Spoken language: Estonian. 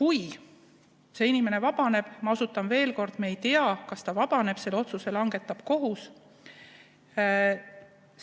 Kui see inimene vabaneb – ma osutan veel kord, et me ei tea, kas ta vabaneb, selle otsuse langetab kohus –,